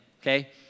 okay